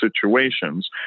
situations